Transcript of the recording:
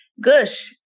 gush